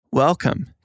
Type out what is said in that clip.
Welcome